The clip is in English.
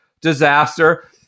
disaster